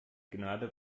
gnade